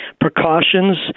precautions